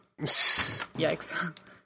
yikes